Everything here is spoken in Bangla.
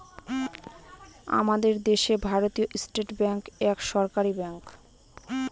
আমাদের দেশে ভারতীয় স্টেট ব্যাঙ্ক এক সরকারি ব্যাঙ্ক